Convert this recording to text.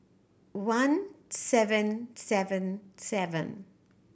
one seven seven seven